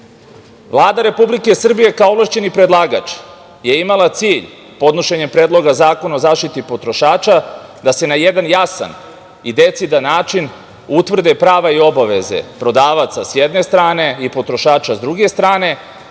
Republike Srbije, kao ovlašćeni predlagač, je imala cilj podnošenjem Predloga zakona o zaštiti potrošača da se na jedan jasan i decidan način utvrde prava i obaveze prodavaca, sa jedne strane, i potrošača, sa druge strane,